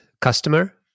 customer